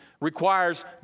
requires